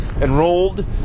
enrolled